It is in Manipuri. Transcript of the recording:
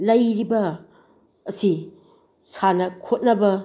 ꯂꯩꯔꯤꯕ ꯑꯁꯤ ꯁꯥꯟꯅ ꯈꯣꯠꯅꯕ